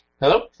Hello